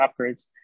upgrades